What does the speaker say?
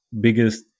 biggest